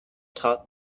taught